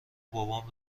بابام